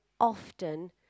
often